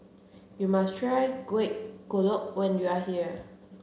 you must try Kueh Kodok when you are here